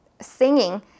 singing